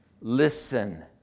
Listen